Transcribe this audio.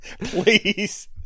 Please